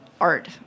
art